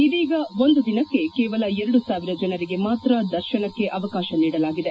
ಇದೀಗ ಒಂದು ದಿನಕ್ಕೆ ಕೇವಲ ಎರಡು ಸಾವಿರ ಜನರಿಗೆ ದರ್ಶನಕ್ಕೆ ಅವಕಾಶ ನೀಡಲಾಗಿದೆ